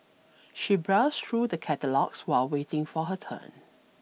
she browsed through the catalogues while waiting for her turn